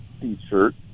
t-shirt